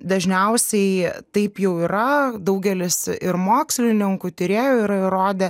dažniausiai taip jau yra daugelis ir mokslininkų tyrėjų yra įrodę